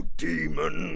demon